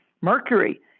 Mercury